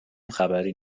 خبری